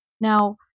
Now